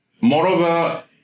Moreover